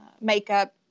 makeup